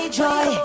joy